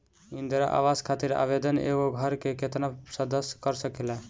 इंदिरा आवास खातिर आवेदन एगो घर के केतना सदस्य कर सकेला?